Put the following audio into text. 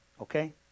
Okay